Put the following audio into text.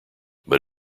but